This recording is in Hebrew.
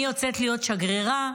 אני יוצאת להיות שגרירה.